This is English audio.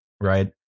right